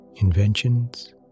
inventions